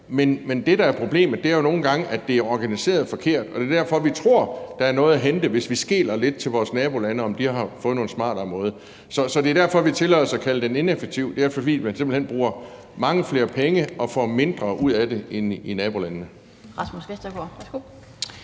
men det, der er problemet, er jo nogle gange, at det er organiseret forkert, og det er derfor, vi tror, der er noget at hente, hvis vi skeler lidt til, om vores nabolande har fundet nogle smartere måder. Det er derfor, vi tillader os at kalde den ineffektiv. Det er, fordi man simpelt hen bruger mange flere penge og får mindre ud af det end i nabolandene.